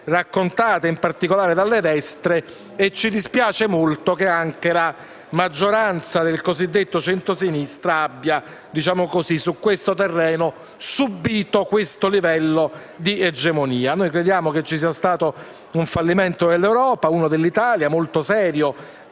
raccontata in particolare dalle destre. E ci dispiace molto che anche la maggioranza del cosiddetto centrosinistra su questo terreno abbia subito un tale livello di egemonia. Crediamo che ci sia stato un fallimento dell'Europa e uno dell'Italia, molto serio,